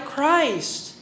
Christ